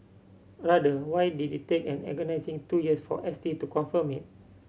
rather why did it take an agonising two years for S T to confirm it